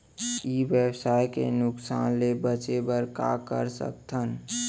ई व्यवसाय के नुक़सान ले बचे बर का कर सकथन?